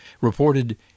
reported